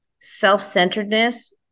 Self-centeredness